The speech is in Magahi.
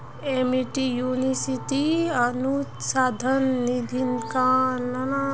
एमिटी यूनिवर्सिटीत अनुसंधान निधीकरण सरकार द्वारा नइ मिल छेक